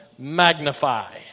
magnify